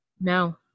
no